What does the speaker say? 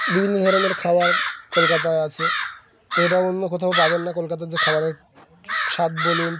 বিভিন্ন ধরনের খাওয়ার কলকাতায় আছে তো এটা অন্য কোথাও পাবেন না কলকাতার যে খাবারের স্বাদ বলুন